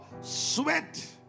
sweat